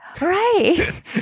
Right